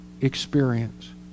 experience